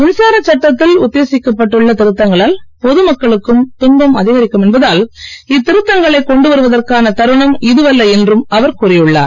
மின்சார சட்டத்தில் உத்தேசிக்கப்பட்டுள்ள திருத்தங்களால் பொதுமக்களுக்கும் துன்பம் அதிகரிக்கும் என்பதால் இத்திருத்தங்களை கொண்டு வருவதற்கான தருணம் இதுவல்ல என்றும் அவர் கூறியுள்ளார்